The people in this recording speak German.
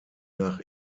nach